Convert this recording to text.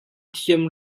thiam